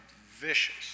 vicious